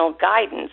guidance